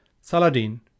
Saladin